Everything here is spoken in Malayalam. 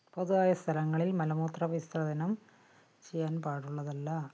പൊതുവായ സ്ഥലങ്ങളിൽ മലമൂത്ര വിസർജ്ജനം ചെയ്യാൻപാടുള്ളതല്ല